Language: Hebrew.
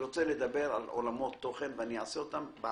כל